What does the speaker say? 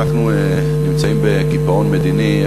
אנחנו נמצאים בקיפאון מדיני,